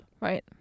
right